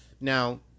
Now